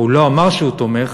או הוא לא אמר שהוא תומך